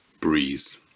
breeze